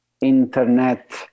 internet